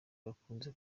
bakunze